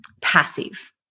passive